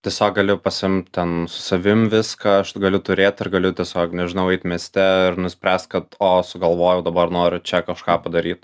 tiesiog gali pasiimt ten su savim viską aš galiu turėt ir galiu tiesiog nežinau eit mieste ir nuspręst kad o sugalvojau dabar noriu čia kažką padaryt